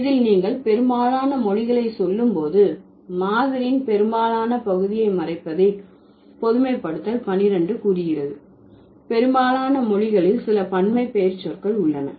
இதில் நீங்கள் பெரும்பாலான மொழிகளை சொல்லும் போது மாதிரியின் பெரும்பாலான பகுதியை மறைப்பதை பொதுமைப்படுத்தல் பன்னிரண்டு கூறுகிறது பெரும்பாலான மொழிகளில் சில பன்மை பெயரெச்சொற்கள் உள்ளன